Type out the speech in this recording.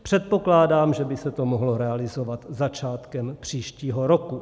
Předpokládám, že by se to mohlo realizovat začátkem příštího roku.